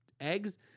eggs